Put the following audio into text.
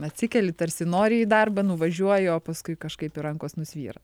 atsikeli tarsi nori į darbą nuvažiuoji o paskui kažkaip rankos nusvyra